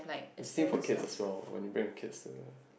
you see for kids as well when you bring your kids to the